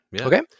Okay